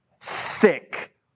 thick